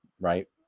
Right